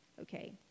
Okay